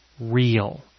real